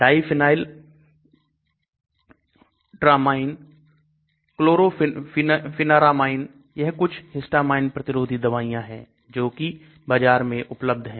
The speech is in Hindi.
Diphenyldramine Chlorpheniramine यह कुछ histamine प्रतिरोधी दवाइयां हैं जो कि बाजार में उपलब्ध है